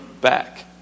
back